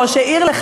אותי משלוותי,